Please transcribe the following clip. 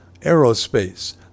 Aerospace